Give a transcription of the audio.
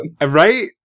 Right